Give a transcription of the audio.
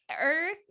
earth